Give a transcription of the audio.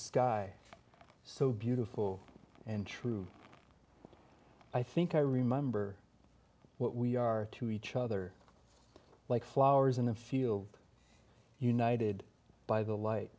sky so beautiful and true i think i remember what we are to each other like flowers in the field united by the light